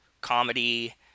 comedy